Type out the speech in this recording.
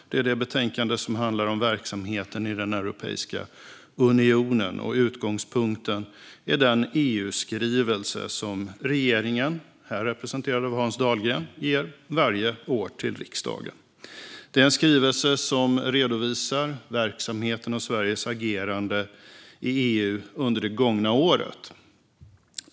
Detta är det betänkande som handlar om verksamheten i Europeiska unionen. Utgångspunkten är den EU-skrivelse som regeringen, här representerad av Hans Dahlgren, varje år ger till riksdagen. Denna skrivelse redovisar verksamheten och Sveriges agerande i EU under det gångna året.